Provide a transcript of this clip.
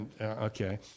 Okay